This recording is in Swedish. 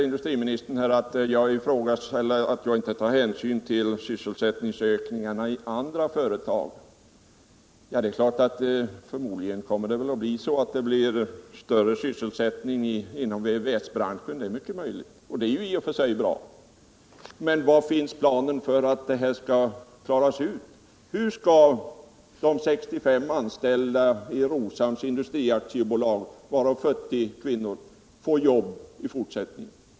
Industriministern säger att jag inte tar hänsyn till sysselsättningsökningarna i andra företag. Ja, förmodligen blir det en ökad sysselsättning inom VVS-branschen, och det är i och för sig bra. Men var finns planen för hur det här skall klaras? Hur skall de 65 anställda i Roshamns Industri AB, varav 40 kvinnor, få jobb i fortsättningen?